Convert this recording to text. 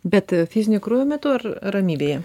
bet fizinio krūvio metu ar ramybėje